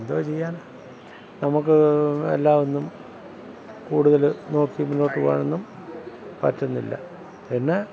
എന്തോ ചെയ്യാനാണ് നമ്മൾക്ക് എല്ലാമൊന്നും കൂടുതൽ നോക്കി മുന്നോട്ട് പോവാനൊന്നും പറ്റുന്നില്ല പിന്നെ